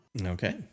Okay